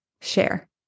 share